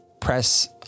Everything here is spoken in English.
press